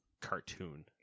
Cartoon